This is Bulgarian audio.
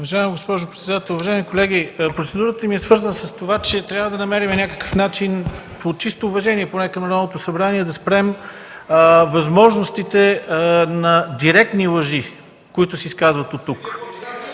Уважаема госпожо председател, уважаеми колеги! Процедурата ми е свързана с това, че трябва да намерим някакъв начин, от чисто уважение поне към Народното събрание, да спрем възможностите за директни лъжи, които се изказват оттук.